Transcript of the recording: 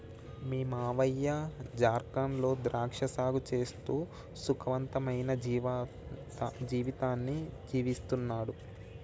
మీ మావయ్య జార్ఖండ్ లో ద్రాక్ష సాగు చేస్తూ సుఖవంతమైన జీవితాన్ని జీవిస్తున్నాడు